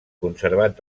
conservat